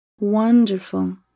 Wonderful